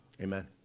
Amen